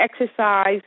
exercise